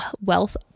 Wealth